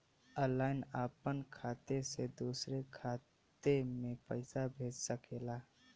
online आपन खाते से दूसर के खाते मे पइसा भेज सकेला